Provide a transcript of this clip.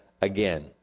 again